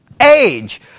age